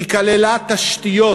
היא כללה תשתיות,